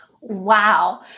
Wow